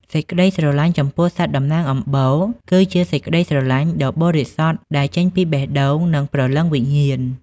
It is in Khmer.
សេចក្តីស្រឡាញ់ចំពោះសត្វតំណាងអំបូរ គឺជាសេចក្តីស្រឡាញ់ដ៏បរិសុទ្ធដែលចេញពីបេះដូង និងព្រលឹងវិញ្ញាណ។